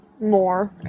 More